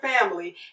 family